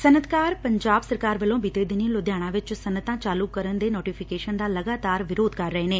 ਸਨੱਅਤਕਾਰ ਪੰਜਾਬ ਸਰਕਾਰ ਵੱਲੋਂ ਬੀਤੇ ਦਿਨੀ ਲੁਧਿਆਣਾ ਵਿੱਚ ਸਨੱਅਤਾਂ ਚਾਲੁ ਕਰਨ ਦੇ ਨੋਟੀਫਿਕੇਸ਼ਨ ਦਾ ਲਗਾਤਾਰ ਵਿਰੋਧ ਕਰ ਰਹੇ ਨੇ